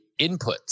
inputs